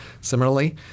Similarly